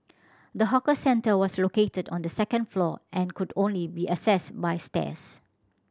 the hawker centre was located on the second floor and could only be accessed by stairs